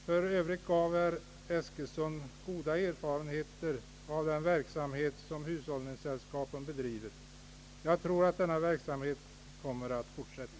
För Övrigt har herr Eskilsson goda erfarenheter av den verksamhet hushållningssällskapen bedriver. Jag tror att denna verksamhet kommer att fortsätta.